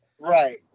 Right